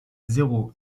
zéro